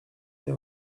nie